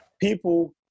people